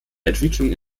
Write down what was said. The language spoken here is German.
entwicklung